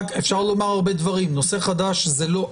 אפשר לומר הרבה דברים, נושא חדש זה לא.